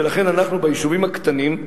ולכן ביישובים הקטנים,